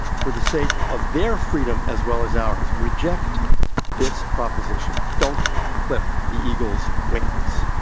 for the sake of their freedom as well as ours, reject this proposition. don't clip the eagle's wings.